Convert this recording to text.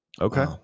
okay